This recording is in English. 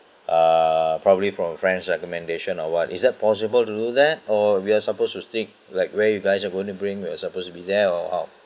uh probably from friend's recommendation or what is that possible to do that or we are supposed to stick like where you guys are going to bring us supposed to be there or how